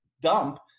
dump